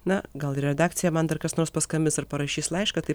na gal į redakciją man dar kas nors paskambins ar parašys laišką tai